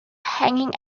hanging